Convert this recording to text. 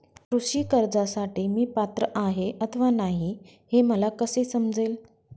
कृषी कर्जासाठी मी पात्र आहे अथवा नाही, हे मला कसे समजेल?